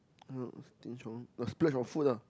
I don't know stinge on uh splurge on food ah